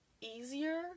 easier